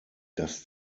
das